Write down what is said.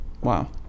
Wow